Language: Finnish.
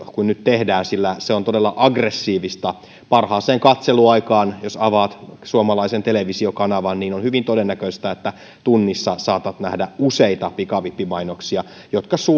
kuin nyt tehdään sillä se on todella aggressiivista parhaaseen katseluaikaan jos avaat suomalaisen televisiokanavan niin on hyvin todennäköistä että tunnissa saatat nähdä useita pikavippimainoksia jotka